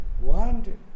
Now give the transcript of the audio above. one